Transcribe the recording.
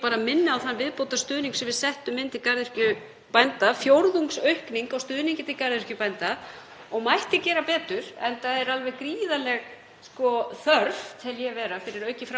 þörf, tel ég vera, fyrir aukið framboð á innlendu grænmeti. Það eru sóknarfæri í kornframleiðslunni og í nýsköpuninni sem við erum að sjá um land allt, ekki síst með tilkomu nýs matvælasjóðs sem hefur beinlínis